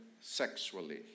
sexually